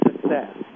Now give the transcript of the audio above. success